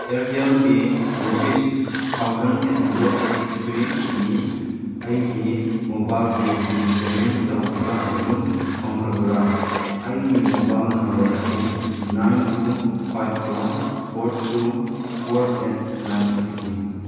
ꯏꯌꯥꯔꯇꯦꯜꯒꯤ rupees six thousand eight hundred eighty ꯊ꯭ꯔꯤꯒꯤ ꯑꯩꯒꯤ mobile ꯕꯤꯜꯒꯤ ꯄꯦꯃꯦꯟ ꯇꯧꯈꯤꯕ ꯑꯗꯨ ꯐꯪꯈ꯭ꯔꯕꯔꯥ ꯑꯩꯒꯤ ꯃꯣꯕꯥꯏꯜ ꯅꯝꯕꯔ ꯑꯁꯤ nine two five four four two four eight nine ꯁꯤꯛꯁꯅꯤ